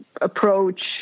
approach